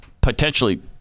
Potentially